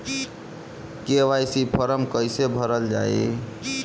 KYC form कइसे भरल जाइ?